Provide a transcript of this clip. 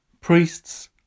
Priests